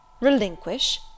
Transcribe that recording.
Relinquish